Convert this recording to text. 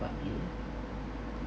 about you